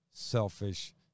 Selfish